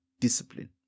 discipline